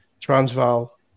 Transvaal